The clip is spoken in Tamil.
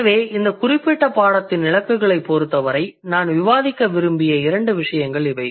எனவே இந்த குறிப்பிட்ட பாடத்தின் இலக்குகளைப் பொறுத்தவரை நான் விவாதிக்க விரும்பிய இரண்டு விசயங்கள் இவை